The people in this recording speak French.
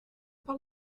par